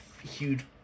huge